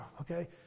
okay